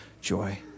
joy